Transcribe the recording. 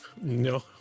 No